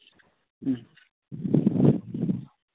ᱦᱮᱸ